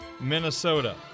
Minnesota